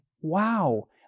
wow